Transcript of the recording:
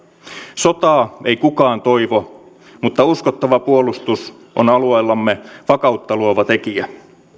sotaa ei kukaan toivo mutta uskottava puolustus on alueellamme vakautta luova tekijä